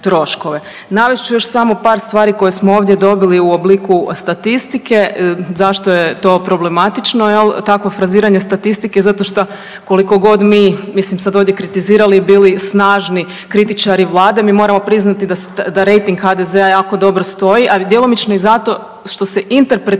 Navest ću još samo par stvari koje smo ovdje dobili u obliku statistike zašto je to problematično takvo fraziranje statistike, zato što kolikogod mi mislim sad ovdje kritizirali i bili snažni kritičari vlade mi moramo priznati da rejting HDZ-a jako dobro stoji, ali djelomično i zato što se interpretiraju